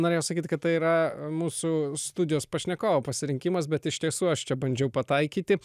norėjau sakyt kad tai yra mūsų studijos pašnekovo pasirinkimas bet iš tiesų aš čia bandžiau pataikyti